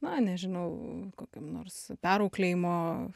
na nežinau kokiam nors perauklėjimo